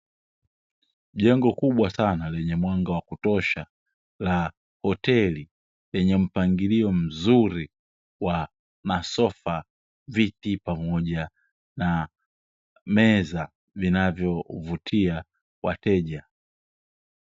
Jengo kubwa sana lenye mwanga wa kutosha, la hoteli yenye mpangilio mzuri wa masofa, viti, pamoja na meza vinavyovutia wateja.